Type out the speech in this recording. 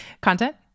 Content